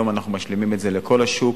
והיום אנחנו משלימים את זה לכל השוק,